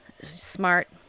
smart